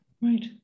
right